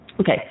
Okay